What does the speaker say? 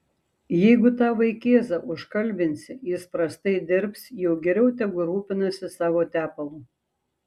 jeigu tą vaikėzą užkalbinsi jis prastai dirbs jau geriau tegu rūpinasi savo tepalu